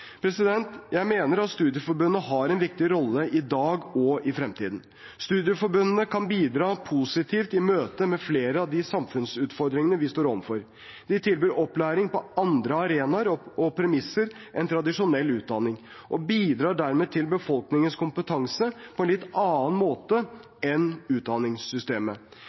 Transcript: Jeg mener at studieforbundene har en viktig rolle i dag og i fremtiden. Studieforbundene kan bidra positivt i møte med flere av de samfunnsutfordringene vi står overfor. De tilbyr opplæring på andre arenaer og premisser enn tradisjonell utdanning og bidrar dermed til befolkningens kompetanse på en litt annen måte enn utdanningssystemet.